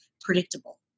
predictable